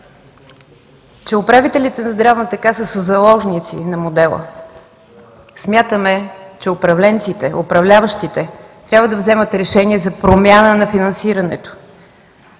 че управителите на Здравната каса са заложници на модела. Смятаме, че управленците, управляващите трябва да вземат решение за промяна на финансирането,